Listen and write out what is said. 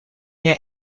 jij